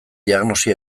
diagnosi